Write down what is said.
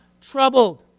troubled